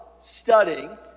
studying